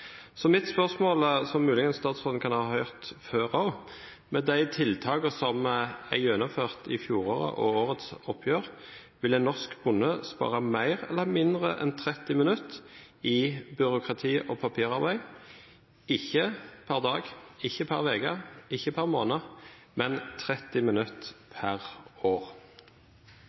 Så mitt spørsmål, som statsråden muligens har hørt før også, er: Med de tiltakene som er gjennomført i fjorårets og i årets oppgjør, vil en norsk bonde spare mer eller mindre enn 30 minutter i byråkrati- og papirarbeid – ikke per dag, per uke eller per måned, men